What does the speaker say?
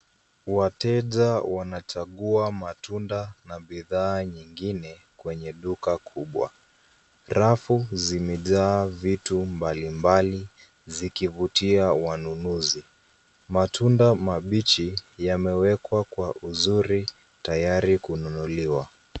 Wateja wanachagua matunda na bidhaa nyingine kwenye duka kubwa. Rafu zimejaa vitu mbali mbali zikivutia wanunuzi. Matunda mabichi yamewekwa kwa uzuri tayari kununuliwa.